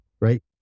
right